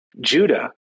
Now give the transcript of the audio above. Judah